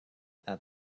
that